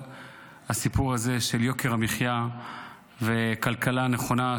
הסיפור הזה של יוקר המחיה וכלכלה נכונה,